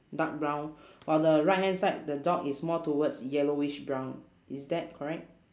dark brown while the right hand side the dog is more towards yellowish brown is that correct